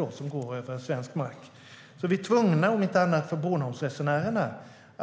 Vi är tvungna